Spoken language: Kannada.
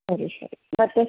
ಸರಿ ಸರಿ ಮತ್ತೆ